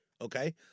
Okay